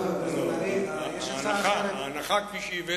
ההנחה, כפי שהבאת,